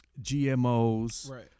GMOs